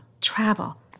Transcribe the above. travel